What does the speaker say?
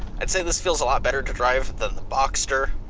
i'd say this feels a lot better to drive than the boxster.